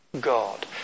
God